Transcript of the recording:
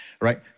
right